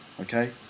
Okay